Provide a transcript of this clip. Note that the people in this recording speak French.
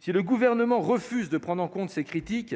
Si le gouvernement refuse de prendre en compte ces critiques